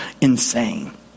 insane